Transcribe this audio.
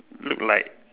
look like